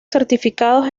certificados